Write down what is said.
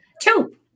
Two